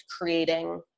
creating